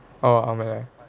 oh ஆமாம்ல:aamaala